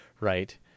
right